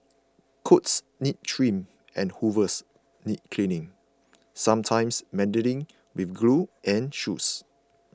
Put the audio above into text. coats need trims and hooves need cleaning sometimes mending with glue and shoes